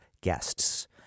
guests